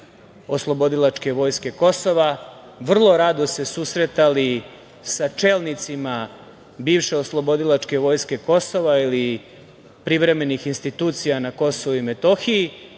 „oslobodilačke vojske Kosova“.Vrlo rado su se susretali sa čelnicima bivše „oslobodilačke vojske Kosova“ ili privremenih institucija na Kosovu i Metohiji,